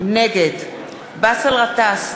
נגד באסל גטאס,